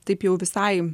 taip jau visai